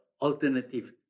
alternative